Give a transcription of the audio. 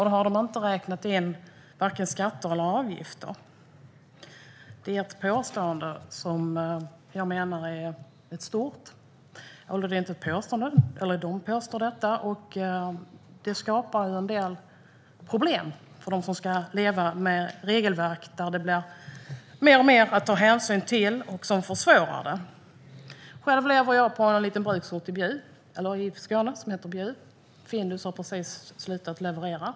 Då har man inte räknat med vare sig skatter eller avgifter. Detta skapar en del problem för dem som leva med regelverk där det blir mer och mer att ta hänsyn till och som försvårar för dem. Själv lever jag i en liten bruksort i Skåne som heter Bjuv. Findus har precis slutat att leverera.